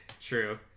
True